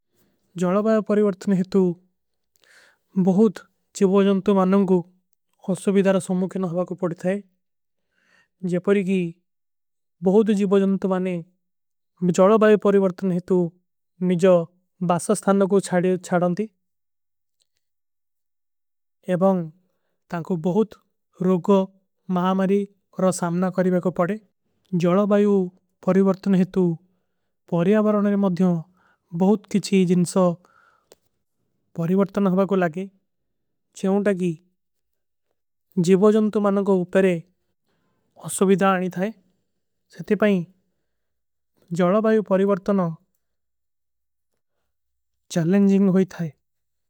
ଜଲଵାଯ ପରିଵର୍ତନେ ହିତୁ ବହୁତ ଜିଵଜନ୍ତ ମାନଂଗୁ ଅସ୍ଵଭୀଦାର ସୁମ୍ମୁଖେନ। ହଵାକ ପଡୀ ଥାଈ ଜେପରିଗୀ ବହୁତ ଜିଵଜନ୍ତ ମାନେ ଜଲଵାଯ ପରିଵର୍ତନେ। ହିତୁ ନିଜା ବାସାସ୍ଥାନ କୋ ଛାଡନତୀ ଏବଂ ତାଂକୋ। ବହୁତ ରୁଗ ମହମରୀ ଔର ସାମନା କରିଵା କୋ ପଡେ ଜଲଵାଯ ପରିଵର୍ତନେ। ହିତୁ ବହୁତ ଜିଵଜନ୍ତ ମାନଂଗୁ ଅସ୍ଵଭୀଦାର ସୁମ୍ମୁଖେନ ହଵାକ ପଡୀ ଥାଈ। ସତି ପାଈ ଜଲଵାଯ ପରିଵର୍ତନ ଚଲେଂଜିଂଗ ହୋଈ ଥାଈ।